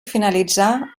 finalitzà